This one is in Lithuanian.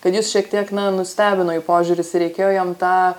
kad jus šiek tiek nustebino jų požiūris ir reikėjo jiem tą